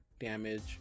damage